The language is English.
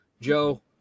Joe